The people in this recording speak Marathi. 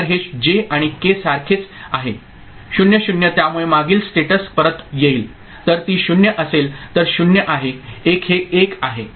तर हे J आणि K सारखेच आहे 0 0 त्यामुळे मागील स्टेटस परत येईल तर ती 0 असेल तर 0 आहे 1 हे 1 आहे